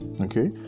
Okay